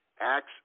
Acts